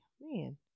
man